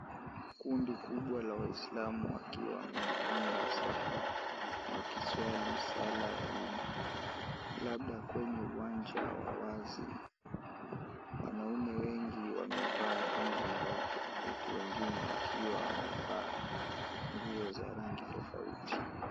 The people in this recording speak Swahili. Kundi kubwa la waislamu, wakiwa wamejipanga safu, wakiswali sala ya Idi, labda kwenye uwanja wa wazi. Wanaume wengi, wamevaa kanzu nyeupe, huku wengine wakiwa wamevaa nguo za rangi tofauti.